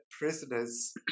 prisoners